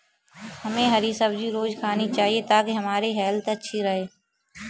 हमे हरी सब्जी रोज़ खानी चाहिए ताकि हमारी हेल्थ अच्छी रहे